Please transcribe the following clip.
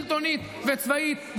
שלטונית וצבאית,